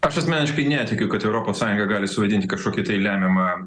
aš asmeniškai netikiu kad europos sąjunga gali suvaidinti kažkokį tai lemiamą